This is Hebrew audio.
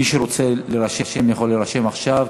מי שרוצה להירשם יכול להירשם עכשיו,